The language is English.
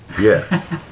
Yes